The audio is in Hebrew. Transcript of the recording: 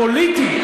הפוליטי,